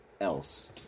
else